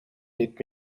niet